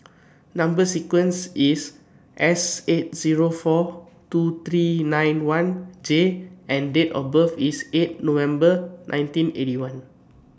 Number sequence IS S eight Zero four two three nine one J and Date of birth IS eight November nineteen Eighty One